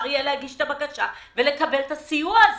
יהיה להגיש את הבקשה ולקבל את הסיוע הזה.